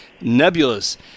nebulous